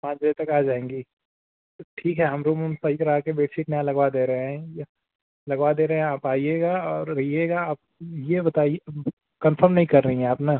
पाँच बजे तक आ जाएंगी तो ठीक है हम रूम ऊम सही करा के बेडशीट नया लगवा दे रहे हैं या लगवा दे रहे हैं आप आइएगा और रहिएगा आप ये बताइए कन्फर्म नहीं कर रही हैं आप ना